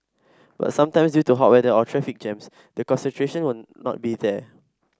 but sometimes due to hot weather or traffic jams the concentration will not be there